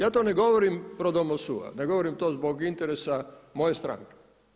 Ja to ne govorim pro domo sua, da govorim to zbog interesa moje stranke.